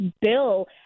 bill